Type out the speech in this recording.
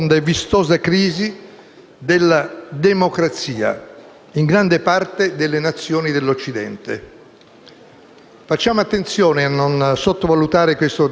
Il risultato chiaro ed esplicito di un *referendum*, che tutti debbono accettare con lealtà (a partire da chi in Parlamento ha votato a favore della riforma),